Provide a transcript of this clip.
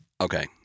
okay